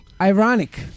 Ironic